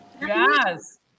Yes